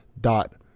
dot